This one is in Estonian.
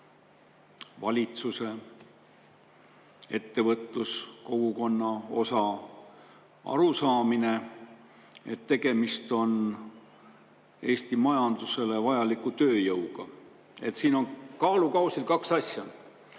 valitsuse, ettevõtluskogukonna arusaamine, et tegemist on Eesti majandusele vajaliku tööjõuga. Siin on kaalukausil kaks asja: